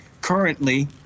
currently